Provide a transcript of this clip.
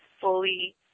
fully